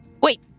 Wait